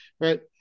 right